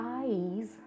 eyes